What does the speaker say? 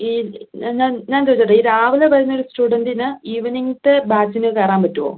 ഈ ഞാൻ ഞാൻ ഞാൻ ചോദിച്ചോട്ടെ ഈ രാവിലെ വരുന്നൊരു സ്റ്റുഡൻ്റിന് ഈവനിംഗിലത്തെ ബാച്ചിന് കയറാൻ പറ്റുമോ